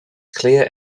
clear